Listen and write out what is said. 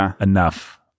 enough